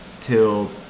till